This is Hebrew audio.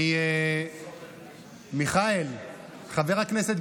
אני מקריא את התשובה: הצעת חוק העונשין